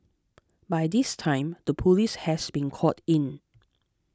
by this time the police has been called in